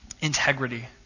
integrity